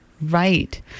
Right